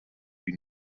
die